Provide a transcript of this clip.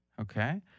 Okay